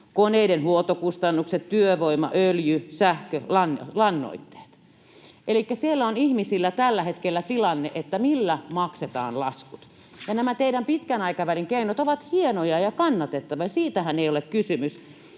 koneiden huoltokustannukset, työvoima, öljy, sähkö, lannoitteet”. Elikkä siellä on ihmisillä tällä hetkellä tilanne, että millä maksetaan laskut. Nämä teidän pitkän aikavälin keinot ovat hienoja ja kannatettavia, siitähän ei ole kysymys,